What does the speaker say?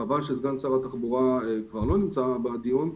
חבל שסגן שר התחבורה כבר לא נמצא בדיון,